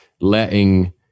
letting